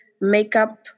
makeup